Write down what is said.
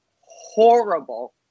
horrible